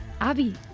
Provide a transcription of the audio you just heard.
Abby